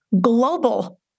global